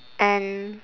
and